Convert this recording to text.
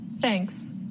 Thanks